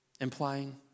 implying